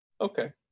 Okay